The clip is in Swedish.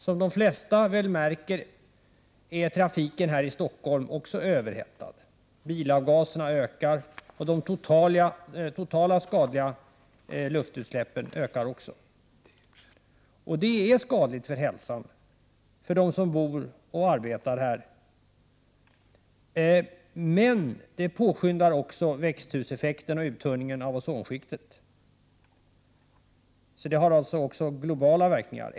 Som de flesta märker är också trafiken i Stockholm överhettad, bilavgaserna ökar, och de totala skadliga luftutsläppen ökar. Det är skadligt för hälsan för dem som bor och arbetar i Stockholm. Men det påskyndar också växthuseffekten och uttunningen av ozonskiktet. Så det har alltså också globala verkningar.